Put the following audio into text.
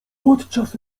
podczas